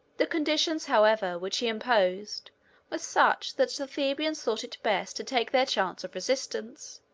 the conditions, however, which he imposed were such that the thebans thought it best to take their chance of resistance.